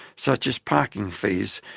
such as parking fees,